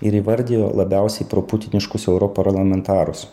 ir įvardijo labiausiai pro putiniškus europarlamentarus